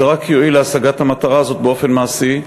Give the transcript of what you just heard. זה רק יועיל להשגת המטרה הזאת באופן מעשי,